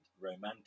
romantic